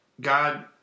God